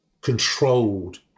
controlled